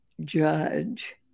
judge